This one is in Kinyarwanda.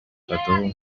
kadobo